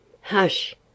Hush